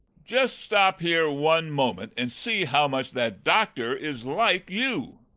just stop here one moment and see how much that doctor is like you.